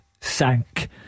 sank